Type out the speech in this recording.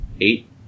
eight